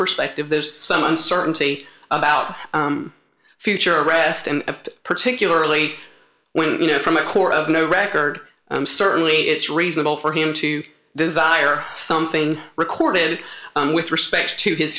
perspective there's some uncertainty about future arrest and particularly when you know from a core of no record i'm certainly it's reasonable for him to desire something recorded with respect to his